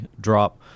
drop